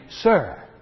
sir